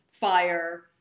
fire